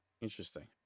Interesting